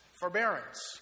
forbearance